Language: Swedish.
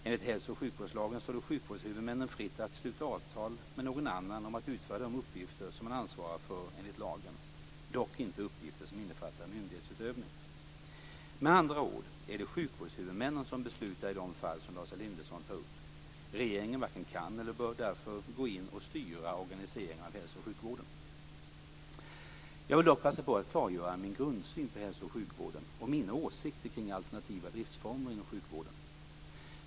Enligt hälso och sjukvårdslagen står det sjukvårdshuvudmännen fritt att sluta avtal med någon annan om att utföra de uppgifter som man ansvarar för enligt lagen, dock inte uppgifter som innefattar myndighetsutövning. Med andra ord är det sjukvårdshuvudmännen som beslutar i de fall som Lars Elinderson tar upp. Regeringen varken kan eller bör därför gå in och styra organiseringen av hälso och sjukvården. Jag vill dock passa på att klargöra min grundsyn på hälso och sjukvården och mina åsikter kring alternativa driftsformer inom sjukvården.